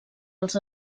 els